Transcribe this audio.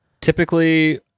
Typically